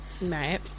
Right